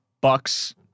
Bucks